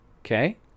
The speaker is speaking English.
okay